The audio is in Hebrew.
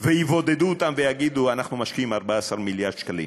ויבודדו אותם ויגידו: אנחנו משקיעים 14 מיליארד שקלים.